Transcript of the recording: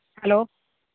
hello